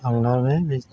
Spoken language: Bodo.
लांनानै बिदि